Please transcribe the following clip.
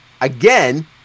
again